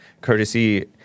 courtesy